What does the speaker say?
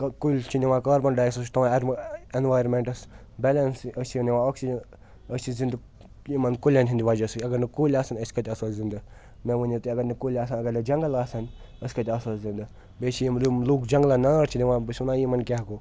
کہ کُلۍ چھِ نِوان کاربَن ڈاے آکسایڈ سُہ چھِ پٮ۪وان اٮ۪نوار اٮ۪نوارمٮ۪نٛٹَس بیلَنس أسۍ چھِ نِوان آکسیٖجَن أسۍ چھِ زِندٕ یِمَن کُلٮ۪ن ہِنٛدۍ وجہ سۭتۍ اَگر نہٕ کُلۍ آسَن أسۍ کَتہِ آسو زِندٕ مےٚ ؤنِو تُہۍ اَگر نہٕ کُلۍ آسَن اَگر نہٕ جنٛگل آسَن أسۍ کَتہِ آسو زِندٕ بیٚیہِ چھِ یِم یِم لُکھ جنٛگلَن نار چھِ دِوان بہٕ چھُس وَنان یِمَن کیاہ گوٚو